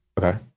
Okay